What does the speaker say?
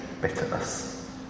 bitterness